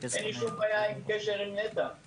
אין לי שום בעיה בקשר עם נת"ע.